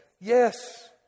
Yes